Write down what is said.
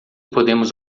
podemos